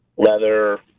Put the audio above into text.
leather